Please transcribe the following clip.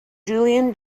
julian